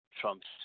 Trump's